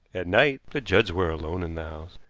at night the judds were alone in the house.